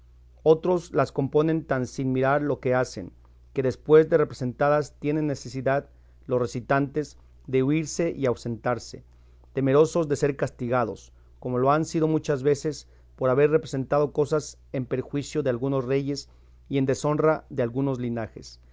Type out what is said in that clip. otros las componen tan sin mirar lo que hacen que después de representadas tienen necesidad los recitantes de huirse y ausentarse temerosos de ser castigados como lo han sido muchas veces por haber representado cosas en perjuicio de algunos reyes y en deshonra de algunos linajes